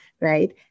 right